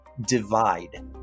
divide